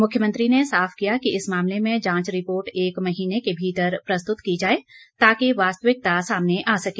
मुख्यमंत्री ने साफ किया कि इस मामले में जांच रिपोर्ट एक महीने के भीतर प्रस्तुत की जाए ताकि वास्तविकता सामने आ सके